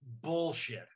bullshit